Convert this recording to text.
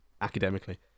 academically